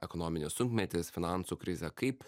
ekonominis sunkmetis finansų krizė kaip